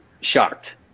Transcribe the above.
shocked